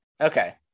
Okay